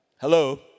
Hello